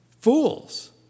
fools